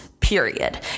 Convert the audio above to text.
period